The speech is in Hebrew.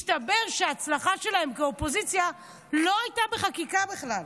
מסתבר שההצלחה שלהם כאופוזיציה לא הייתה בחקיקה בכלל,